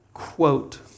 Quote